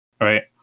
right